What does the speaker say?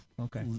Okay